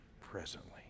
presently